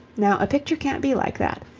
now a picture can't be like that.